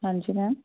ਹਾਂਜੀ ਮੈਮ